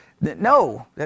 No